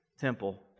temple